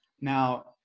Now